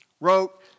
wrote